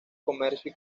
comercio